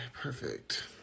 perfect